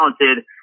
talented